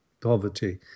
poverty